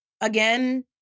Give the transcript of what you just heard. Again